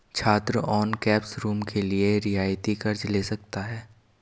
छात्र on campus room के लिए रियायती कर्ज़ ले सकता है